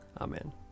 Amen